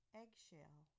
eggshell